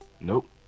Nope